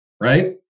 Right